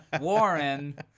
Warren